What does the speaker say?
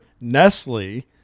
Nestle